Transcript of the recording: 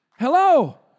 Hello